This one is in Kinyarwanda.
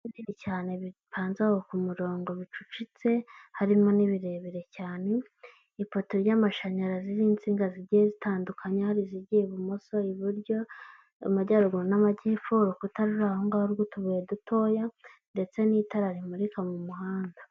Ibiti binini cyane bipanze aho ku murongo bicucitse harimo ni birebire cyane ipoto ry'amashanyarazi ziriho insinga zigiye zitandukanye hari zizigiye ibumoso iburyo amajyaruguru n'amajyepfo urukuta ruri araho ngaho rw'utubuye duto dutoya ndetse n'itara rimurika mu muhanda.